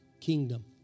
kingdom